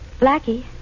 Blackie